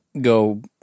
go